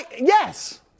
yes